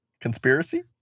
conspiracy